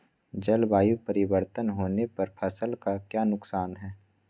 जलवायु परिवर्तन होने पर फसल का क्या नुकसान है?